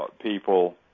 people